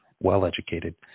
well-educated